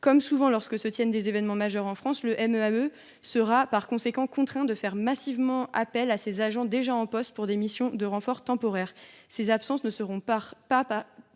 Comme souvent lorsque des événements majeurs se tiennent en France, le MEAE sera contraint de faire massivement appel à ses agents déjà en poste pour des missions de renfort temporaire. Ces absences ne seront pas